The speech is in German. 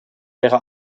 wäre